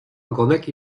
ogonek